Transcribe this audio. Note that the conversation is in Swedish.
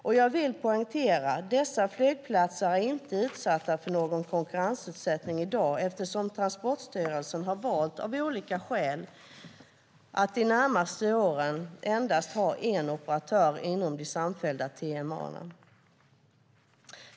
Och jag vill poängtera att dessa flygplatser inte är utsatta för någon konkurrens i dag eftersom Transportstyrelsen, av olika skäl, valt att de närmaste åren endast ha en operatör inom de samfällda TMA-områdena.